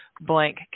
blank